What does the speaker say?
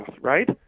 right